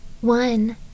One